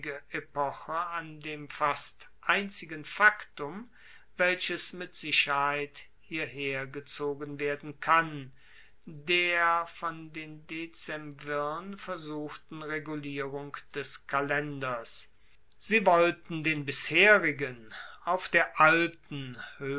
an dem fast einzigen faktum welches mit sicherheit hierhergezogen werden kann der von den dezemvirn versuchten regulierung des kalenders sie wollten den bisherigen auf der alten